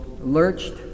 lurched